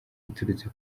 iturutse